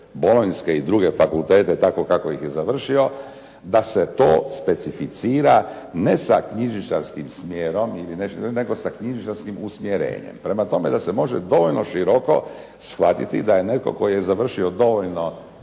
bolonjske i druge fakultete, tako kako ih je završio da se to specificira ne sa knjižničarskim smjerom ili nešto drugo, nego sa knjižničarskim usmjerenjem. Prema tome, da se može dovoljno široko shvatiti da je netko tko je završio dovoljno